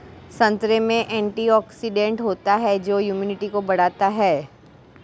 संतरे में एंटीऑक्सीडेंट होता है जो इम्यूनिटी को बढ़ाता है